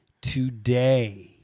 Today